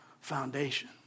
foundation